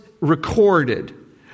recorded